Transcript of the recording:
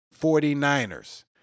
49ers